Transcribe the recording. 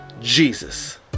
Jesus